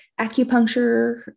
acupuncture